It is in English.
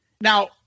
Now